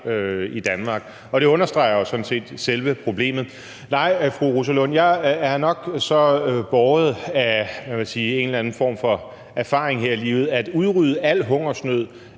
i Danmark, og det understreger jo sådan set selve problemet. Nej, vil jeg sige til fru Rosa Lund, jeg er nok så båret af en eller anden form for erfaring her i livet, at jeg ikke